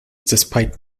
despite